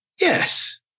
Yes